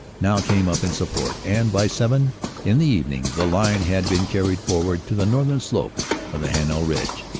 now came up in support and by seven in the evening the line had been carried forward to the northern slope of the heninel ridge.